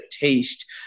taste